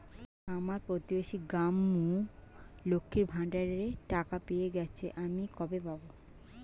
আমার প্রতিবেশী গাঙ্মু, লক্ষ্মীর ভান্ডারের টাকা পেয়ে গেছে, আমি কবে পাব?